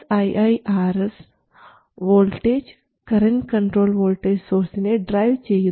ii Rs voltage current controlled voltage സോഴ്സിനെ drive ചെയ്യുന്നു